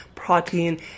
protein